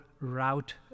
route